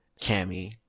Cammy